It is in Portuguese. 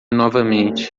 novamente